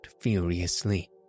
furiously